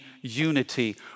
unity